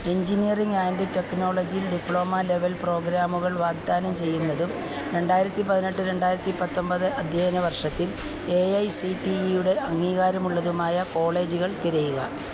engineering and ടെക്നോളജിയിൽ diploma level പ്രോഗ്രാമുകൾ വാഗ്ദാനം ചെയ്യുന്നതും രണ്ടായിരത്തി പതിനെട്ട് രണ്ടായിരത്തി പത്തൊമ്പത് അധ്യയന വർഷത്തിൽ എ ഐ സി ടി ഇയുടെ അംഗീകാരമുള്ളതുമായ കോളേജുകൾ തിരയുക